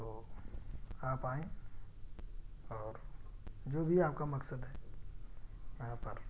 تو آپ آئیں اور جو بھی آپ کا مقصد ہے یہاں پر